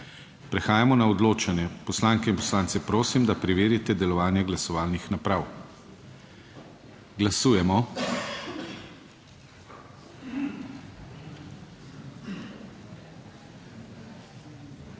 Prehajamo na odločanje. Poslanke in poslance prosim, da preverite delovanje glasovalnih naprav. Glasujemo.